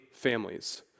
families